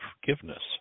forgiveness